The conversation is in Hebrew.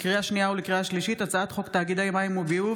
לקריאה שנייה ולקריאה שלישית: הצעת חוק תאגידי מים וביוב